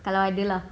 kalau ada lah